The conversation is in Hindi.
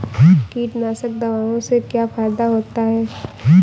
कीटनाशक दवाओं से क्या फायदा होता है?